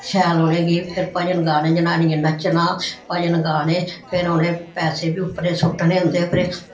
शैल उनें भी भजन गाने ते शैल उनें जनानियें नच्चना भजन गाने फिर उनें फिर पैसे बी उप्परै ई सुट्टने होंदे